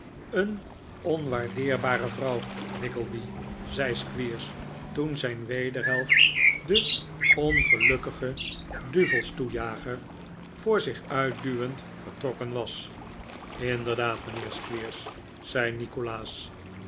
een onwaardeerbare vrouw nickleby zei squeers toen zijn wederhelft den ongelukkigen duvelstoejager voor zich uit duwend vertrokken was inderdaad mijnheer squeers zei nikolaas